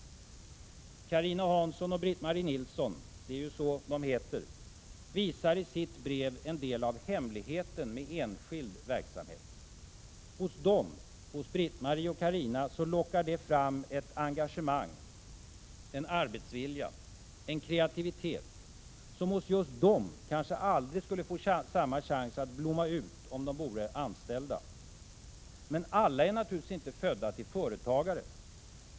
Carina Hansson och Britt-Mari Nilsson — det är ju så de heter — visar i sitt brev en del av hemligheten med enskild verksamhet. Hos Britt-Mari och Carina lockar den fram ett engagemang, en arbetsvilja och en kreativitet, som hos just dem kanske aldrig får samma chans att blomma ut om de är anställda. Men alla är inte födda till företagare.